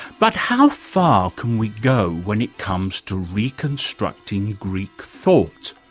but how far can we go when it comes to reconstructing greek thought?